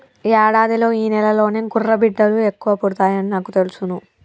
యాడాదిలో ఈ నెలలోనే గుర్రబిడ్డలు ఎక్కువ పుడతాయని నాకు తెలుసును